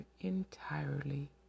entirely